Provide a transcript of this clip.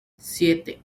siete